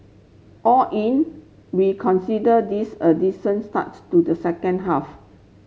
all in we consider this a decent starts to the second half